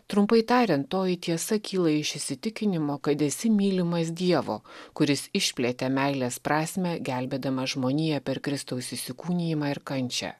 trumpai tariant toji tiesa kyla iš įsitikinimo kad esi mylimas dievo kuris išplėtė meilės prasmę gelbėdamas žmoniją per kristaus įsikūnijimą ir kančią